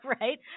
Right